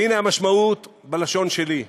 והנה המשמעות בלשון שלי: